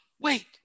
Wait